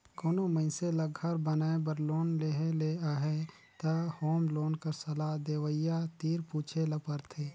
कोनो मइनसे ल घर बनाए बर लोन लेहे ले अहे त होम लोन कर सलाह देवइया तीर पूछे ल परथे